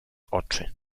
oczy